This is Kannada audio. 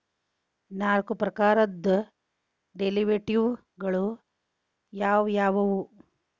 ನಾಲ್ಕ್ ಪ್ರಕಾರದ್ ಡೆರಿವೆಟಿವ್ ಗಳು ಯಾವ್ ಯಾವವ್ಯಾವು?